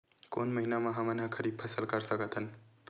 कोन महिना म हमन ह खरीफ फसल कर सकत हन?